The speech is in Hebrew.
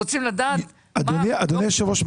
אדוני היושב-ראש,